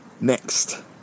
Next